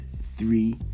three